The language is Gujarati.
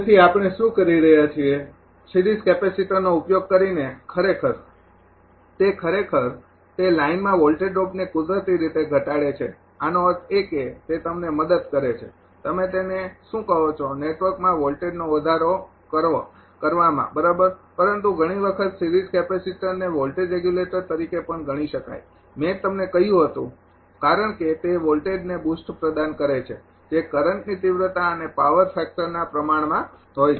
તેથી આપણે શું કરી રહ્યા છીએ સિરીઝ કેપેસિટરનો ઉપયોગ કરીને ખરેખર તે ખરેખર તે લાઇનમાં વોલ્ટેજ ડ્રોપને કુદરતી રીતે ઘટાડે છે આનો અર્થ એ કે તે તમને મદદ કરે છે તમે તેને શું કહો છો નેટવર્કમાં વોલ્ટેજનો વધારો કરવામાં બરાબર પરંતુ ઘણી વખત સિરીઝ કેપેસિટરને વોલ્ટેજ રેગ્યુલેટર તરીકે પણ ગણી શકાય મેં તમને કહ્યું હતું કારણ કે તે વોલ્ટેજને બુસ્ટ પ્રદાન કરે છે જે કરંટની તિવ્રતા અને પાવર ફેક્ટરના પ્રમાણમાં હોય છે